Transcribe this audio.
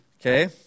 Okay